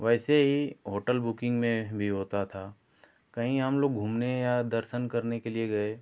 वैसे ही hotel booking में भी होता था कहीं हम लोग घूमने या दर्शन करने के लिए गए